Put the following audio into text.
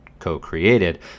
co-created